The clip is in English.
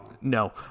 no